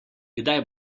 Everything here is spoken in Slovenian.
kdaj